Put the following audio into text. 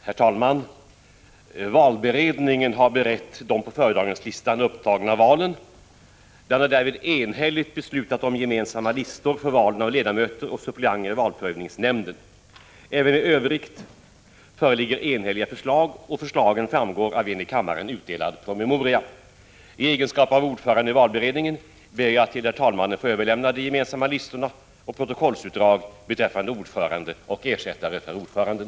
Herr talman! Valberedningen har berett de på föredragningslistan upptagna valen. Den har därvid enhälligt beslutat om gemensamma listor för valen av ledamöter och suppleanter i valprövningsnämnden. Även i övrigt föreligger enhälliga förslag. Förslagen framgår av en i kammaren utdelad promemoria. I egenskap av ordförande i valberedningen ber jag att till herr talmannen få överlämna de gemensamma listorna och protokollsutdrag beträffande ordförande och ersättare för ordföranden.